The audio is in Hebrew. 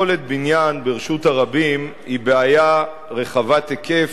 היא תעבור לוועדת החוקה,